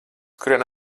kurieni